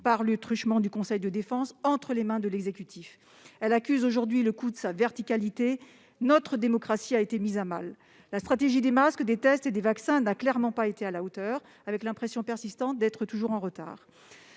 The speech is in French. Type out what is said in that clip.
par le truchement du conseil de défense. Aujourd'hui, elle accuse le coup de sa verticalité : notre démocratie a été mise à mal. La stratégie des masques, des tests et des vaccins n'a clairement pas été à la hauteur. Nous avons l'impression persistante d'être toujours en retard.